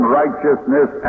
righteousness